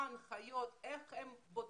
מה ההנחיות, איך הם בודקים